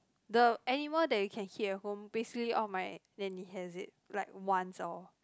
the animal that you can keep at home basically all my nanny has it like once or